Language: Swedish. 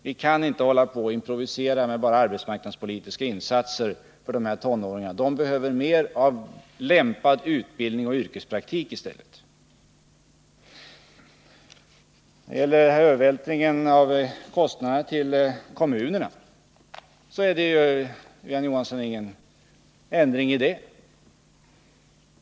Vi kan inte hålla på och improvisera med bara arbetsmarknadspolitiska insatser för dessa tonåringar. De behöver mer av lämpad utbildning och yrkespraktik i stället. När det gäller övervältringen av kostnaderna på kommunerna har det, Marie-Ann Johansson, inte skett någon ändring.